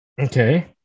Okay